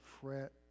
fret